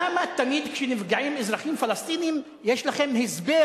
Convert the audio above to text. למה תמיד כשנפגעים אזרחים פלסטינים יש לכם הסבר